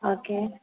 okay